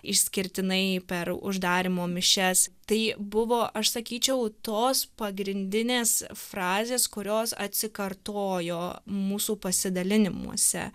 išskirtinai per uždarymo mišias tai buvo aš sakyčiau tos pagrindinės frazės kurios atsikartojo mūsų pasidalinimuose